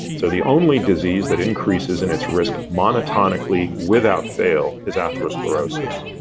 so the only disease that increases in its risk monotonically, without fail, is atherosclerosis.